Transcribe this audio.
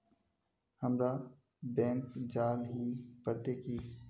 हमरा बैंक जाल ही पड़ते की?